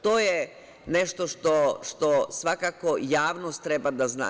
To je nešto što svakako javnost treba da zna.